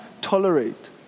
tolerate